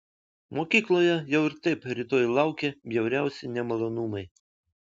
mokykloje jau ir taip rytoj laukė bjauriausi nemalonumai